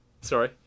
Sorry